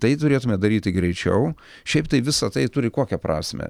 tai turėtume daryti greičiau šiaip tai visa tai turi kokią prasmę